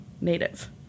native